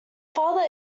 father